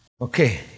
Okay